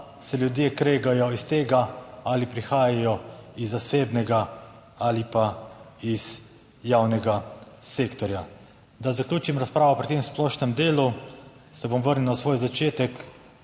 se ljudje kregajo iz tega ali prihajajo iz zasebnega ali pa iz javnega sektorja. Da zaključim razpravo pri tem splošnem delu se bom vrnil na svoj začetek.